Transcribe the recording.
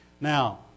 Now